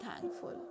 thankful